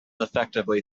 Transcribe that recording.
effectively